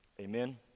Amen